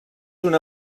una